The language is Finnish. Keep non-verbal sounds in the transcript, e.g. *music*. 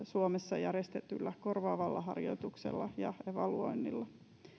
*unintelligible* suomessa järjestetyllä korvaavalla harjoituksella ja evaluoinnilla